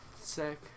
Sick